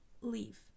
leave